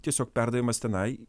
tiesiog perdavimas tenai